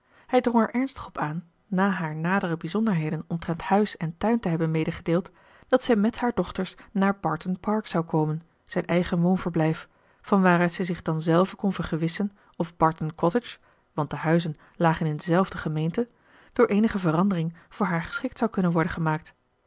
drong er ernstig op aan na haar nadere bijzonderheden omtrent huis en tuin te hebben medegedeeld dat zij met hare dochters naar barton park zou komen zijn eigen woonverblijf van waaruit zij zich dan zelve kon vergewissen of barton cottage want de huizen lagen in dezelfde gemeente door eenige verandering voor haar geschikt zou kunnen worden gemaakt